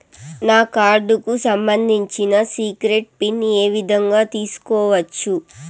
నా కార్డుకు సంబంధించిన సీక్రెట్ పిన్ ఏ విధంగా తీసుకోవచ్చు?